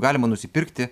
galima nusipirkti